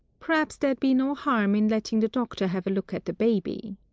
p'raps there'd be no harm in letting the doctor have a look at the baby,